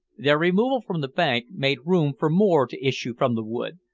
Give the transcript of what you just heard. their removal from the bank made room for more to issue from the wood,